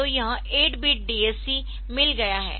तो यह 8 bit DAC मिल गया है